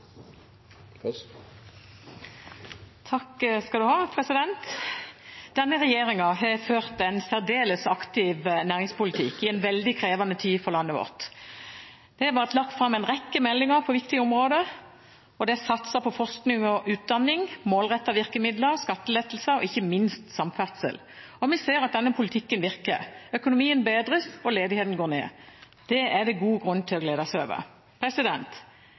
har vært lagt fram en rekke meldinger på viktige områder, og det er satset på forskning og utdanning, målrettede virkemidler, skattelettelser og ikke minst samferdsel. Vi ser at denne politikken virker. Økonomien bedres, og ledigheten går ned. Det er det god grunn til å glede seg over.